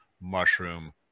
mushroom